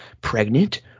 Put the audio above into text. pregnant